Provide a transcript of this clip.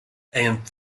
and